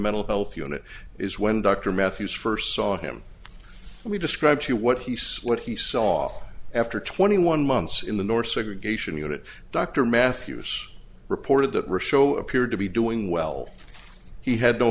mental health unit is when dr matthews first saw him we described to you what he saw what he saw after twenty one months in the north segregation unit dr matthews reported that rasho appeared to be doing well he had no